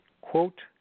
quote